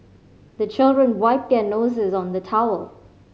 the children wipe their noses on the towel